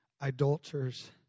adulterers